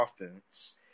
offense